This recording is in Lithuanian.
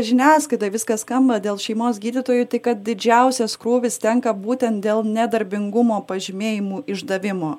žiniasklaidoj viskas skamba dėl šeimos gydytojų tai kad didžiausias krūvis tenka būtent dėl nedarbingumo pažymėjimų išdavimo